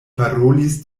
parolis